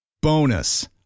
Bonus